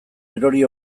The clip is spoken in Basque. erori